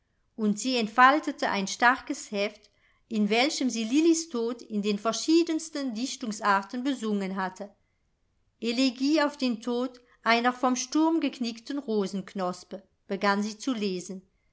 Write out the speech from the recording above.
und sie entfaltete ein starkes heft in welchem sie lillis tod in den verschiedensten dichtungsarten besungen hatte elegie auf den tod einer vom sturm geknickten rosenknospe begann sie zu lesen